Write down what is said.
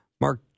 Mark